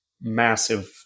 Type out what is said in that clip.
massive